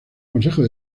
consejos